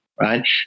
right